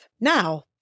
Now